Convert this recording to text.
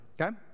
okay